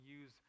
use